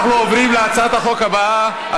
אנחנו עוברים להצעת החוק הבאה,